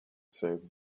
save